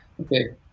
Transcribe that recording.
Okay